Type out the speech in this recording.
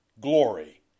Glory